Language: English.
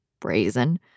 brazen